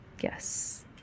Yes